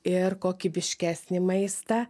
ir kokybiškesnį maistą